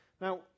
now